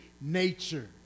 nature